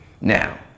Now